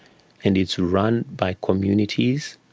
and it's run by communities,